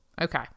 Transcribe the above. Okay